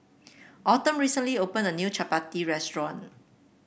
Autumn recently opened a new chappati restaurant